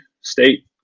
state